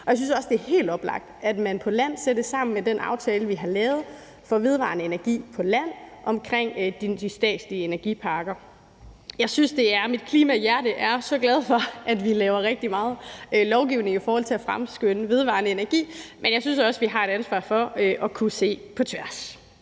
og jeg synes også, det er helt oplagt, at man på land ser det sammen med den aftale, vi har lavet for vedvarende energi på land omkring de statslige energiparker. Mit klimahjerte er så glad for, at vi laver rigtig meget lovgivning i forhold til at fremskynde vedvarende energi, men jeg synes også, at vi har et ansvar for at kunne se på tværs.